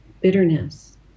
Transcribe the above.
bitterness